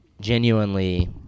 genuinely